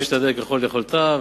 הממשלה משתדלת ככל יכולתה,